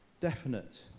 definite